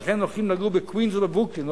ולכן הולכים לגור בקווינס או בברוקלין או